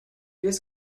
just